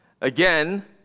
Again